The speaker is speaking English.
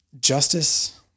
justice